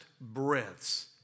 breaths